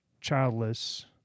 childless